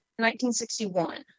1961